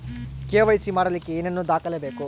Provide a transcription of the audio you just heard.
KYC ಮಾಡಲಿಕ್ಕೆ ಏನೇನು ದಾಖಲೆಬೇಕು?